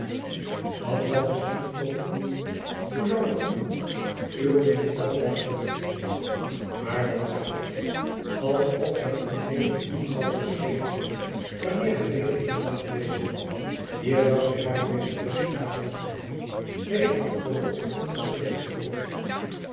dan zal misschien ook uw hoe zal ik hem noemen uw vriend weldra terugkeeren maar wat praat ik als of hij ued niet zoude geschreven hebben wanneer hij weder hier dacht te wezen hier zag zij hare meesteres vragend aan deze antwoordde op een onverschilligen toon